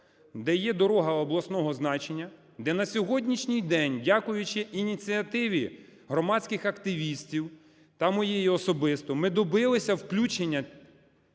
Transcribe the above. де є дорога обласного значення, де на сьогоднішній день, дякуючи ініціативі громадських активістів та моєї особисто, ми добилися включення